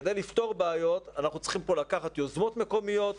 כדי לפתור בעיות אנחנו צריכים פה לקחת יוזמות מקומיות,